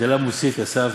ודלא מוסיף יסוף,